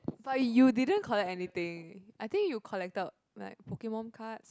but you didn't collect anything I think you collected like Pokemon cards